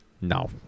No